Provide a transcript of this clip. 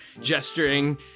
gesturing